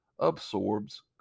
absorbs